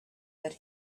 that